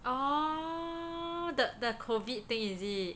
oh the the COVID thing is it